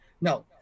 no